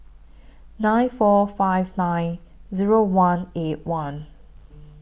nine four five nine Zero one eight one